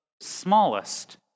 smallest